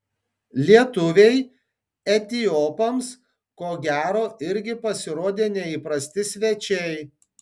lietuviai etiopams ko gero irgi pasirodė neįprasti svečiai